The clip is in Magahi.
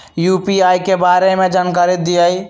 यू.पी.आई के बारे में जानकारी दियौ?